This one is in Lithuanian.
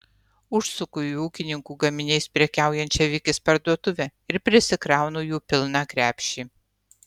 užsuku į ūkininkų gaminiais prekiaujančią vikis parduotuvę ir prisikraunu jų pilną krepšį